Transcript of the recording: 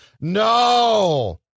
no